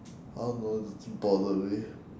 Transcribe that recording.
I don't know does he bother really